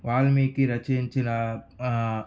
Valmiki రచయించిన